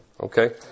Okay